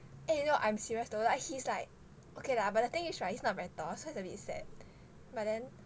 eh you know I'm serious 的 [right] he's like okay lah but the thing is [right] he is not very tall so it's a bit sad but then